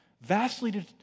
vastly